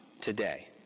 today